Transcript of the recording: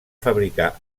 fabricar